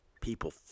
People